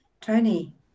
Tony